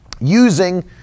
using